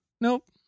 nope